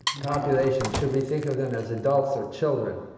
population. should we think of them as adults or children?